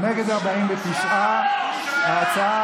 ההצעה